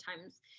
times